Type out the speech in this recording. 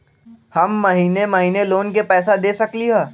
हम महिने महिने लोन के पैसा दे सकली ह?